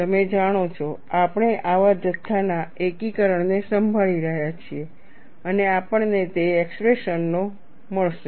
તમે જાણો છો આપણે આવા જથ્થાના એકીકરણ ને સંભાળી રહ્યા છીએ અને આપણને તે એક્સપ્રેશનઓ મળશે